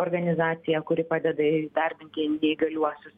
organizacija kuri padeda įdarbinti neįgaliuosius